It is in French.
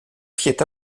fiait